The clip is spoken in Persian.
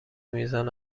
میزان